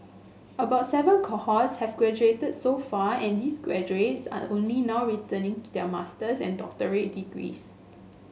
about seven cohorts have graduated so far and these graduates are only now returning their master's and doctorate degrees